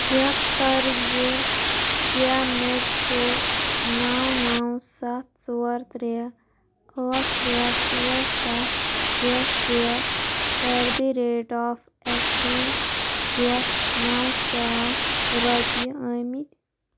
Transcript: check کَر زِ کیٛاہ مےٚ چھِ نو نو ستھ ژور ترٛےٚ ٲٹھ ترٛےٚ ژور ستھ شےٚ شےٚ ایٹ دِ ریٹ آف اٮ۪کسیٖز پٮ۪ٹھ نو ساس رۄپیہِ ٲمٕتی